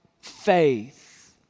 faith